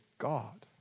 God